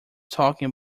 talking